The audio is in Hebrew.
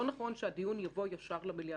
לא נכון שהדיון יבוא ישר למליאה.